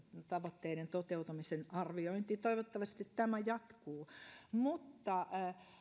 tavoitteiden toteutumisen arviointi toivottavasti tämä jatkuu mutta